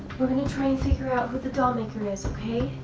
we're gonna try and figure out who the doll maker is, okay?